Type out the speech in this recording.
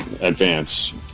advance